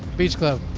beach club.